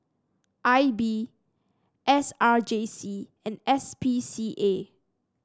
I B S R J C and S P C A